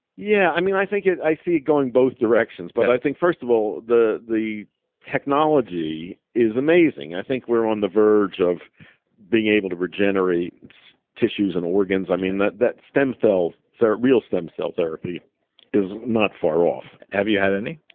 yeah, i mean, i think i see it going both directions, but i think first of all, the the technology is amazing. i think we're on the verge of being able to regenerate tissues and organs. i mean, that that stem cell therapy, real stem cell therapy is not far off have you had any?